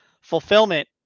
Fulfillment